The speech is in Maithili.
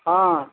हँ